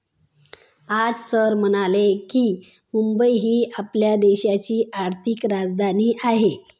आज सर म्हणाले की, मुंबई ही आपल्या देशाची आर्थिक राजधानी आहे